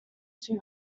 too